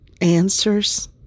Answers